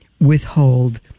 withhold